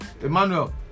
Emmanuel